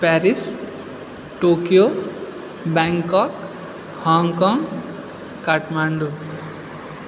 Paris Tokyo Bangkok Hong Kong Kathmandu